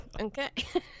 okay